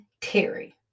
Terry